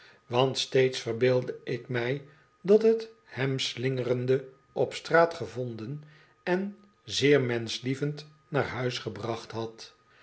want steeds verbeeldde ik mij dat het hem slingerende op straat gevonden en zeer menschlievend naar huis gebracht had